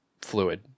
fluid